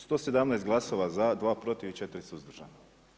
117 glasova za, 2 protiv i 4 suzdržana.